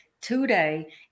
today